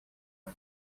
все